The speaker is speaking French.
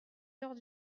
heures